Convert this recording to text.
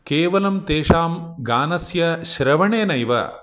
केवलं तेषां गानस्य श्रवणेनैव